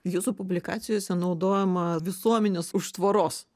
jūsų publikacijose naudojama visuomenės už tvoros